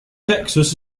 texas